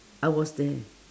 I was there